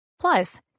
Plus